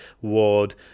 Ward